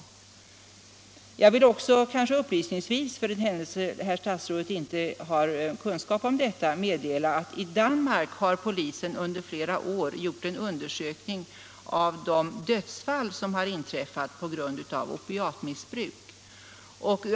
Sedan vill jag upplysningsvis, för den händelse herr statsrådet inte har kunskap om det, meddela att i Danmark har polisen under flera år undersökt hur många dödsfall som inträffat på grund av opiatmissbruk.